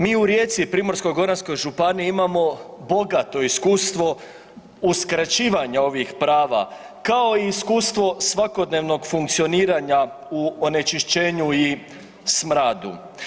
Mi u Rijeci, Primorsko-goranskoj županiji imamo bogato iskustva u skraćivanju ovih prava kao i iskustvo svakodnevnog funkcioniranja u onečišćenju i smradu.